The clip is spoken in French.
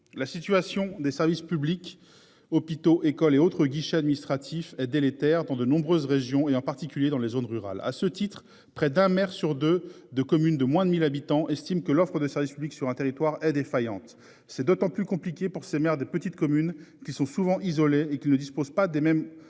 La situation des. Services publics, hôpitaux, écoles et autres guichets administratifs délétère dans de nombreuses régions et en particulier dans les zones rurales. À ce titre, près d'un maire sur 2 de communes de moins de 1000 habitants, estime que l'offre de services publics sur un territoire est défaillante. C'est d'autant plus compliqué pour ces maires des petites communes qui sont souvent isolés et qui ne dispose pas des mêmes